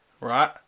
right